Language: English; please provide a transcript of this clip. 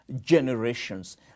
generations